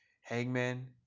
Hangman